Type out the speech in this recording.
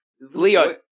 Leo